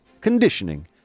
conditioning